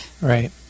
Right